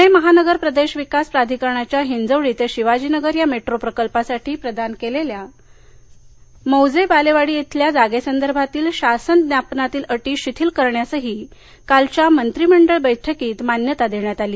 पूणे महानगर प्रदेश विकास प्राधिकरणाच्या हिंजवडी ते शिवाजीनगर या मेट्रो प्रकल्पासाठी प्रदान केलेल्या मौजे बालेवाडी येथील जागेसंदर्भातील शासन ज्ञापनातील अटी शिथिल करण्यासही कालच्या मंत्रिमंडळ बैठकीत मान्यता देण्यात आली